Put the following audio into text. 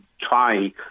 try